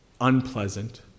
unpleasant